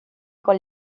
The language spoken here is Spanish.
con